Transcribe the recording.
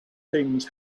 things